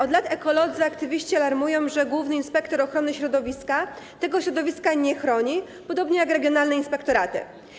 Od lat ekolodzy aktywiści alarmują, że główny inspektor ochrony środowiska tego środowiska nie chroni, podobnie jak regionalne inspektoraty.